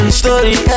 story